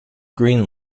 green